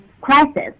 crisis